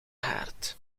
haard